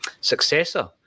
successor